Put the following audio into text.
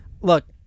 look